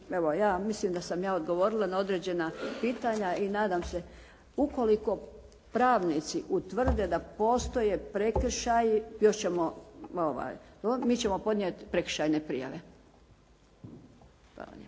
mislim da sam odgovorila na određena pitanja. I nadam se ukoliko pravnici utvrde da postoje prekršaji, još ćemo. Mi ćemo podnijeti prekršajne prijave. Hvala lijepo.